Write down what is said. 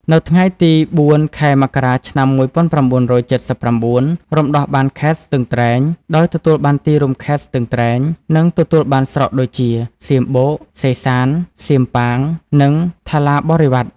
នៅថ្ងៃទី ០៤ ខែមករា ឆ្នាំ ១៩៧៩ រំដោះបានខេត្តស្ទឹងត្រែង ដោយទទួលបានទីរួមខេត្ត ស្ទឹងត្រែង និងទទួលបានស្រុកដូចជា សៀមបូក សេសាន សៀមប៉ាង និងថាឡាបរិវ៉ាត់។